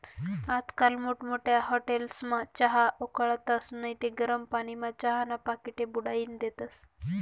आजकाल मोठमोठ्या हाटेलस्मा चहा उकाळतस नैत गरम पानीमा चहाना पाकिटे बुडाईन देतस